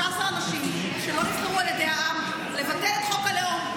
אנשים שלא נבחרו על ידי העם לבטל את חוק הלאום,